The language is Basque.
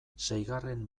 seigarren